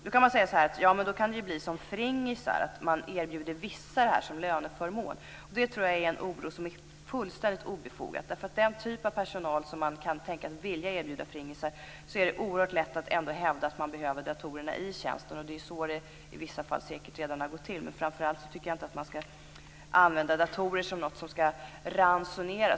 Då kanske någon säger att det kan bli som "fringisar", att vissa erbjuds detta som löneförmån. Men det tror jag är en oro som är fullständigt obefogad, för när det gäller den typ av personal som man kan tänkas vilja erbjuda fringisar är det oerhört lätt att hävda behovet av datorer i tjänsten. Det är säkert så som det i vissa fall redan har gått till. Framför allt tycker jag inte att användning av datorer är något som skall ransoneras.